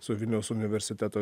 su vilniaus universiteto